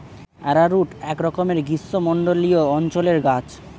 arrowroot একরকমের গ্রীষ্মমণ্ডলীয় অঞ্চলের গাছ